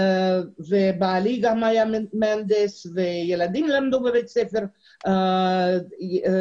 בעלי היה מהנדס והילדים למדו בבית ספר יהודי.